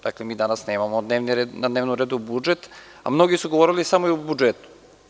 Danas nemamo na dnevnom redu budžet, a mnogi su govorili samo o budžetu.